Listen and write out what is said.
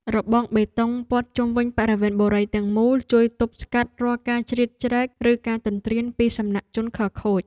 របងបេតុងព័ទ្ធជុំវិញបរិវេណបុរីទាំងមូលជួយទប់ស្កាត់រាល់ការជ្រៀតជ្រែកឬការទន្ទ្រានពីសំណាក់ជនខិលខូច។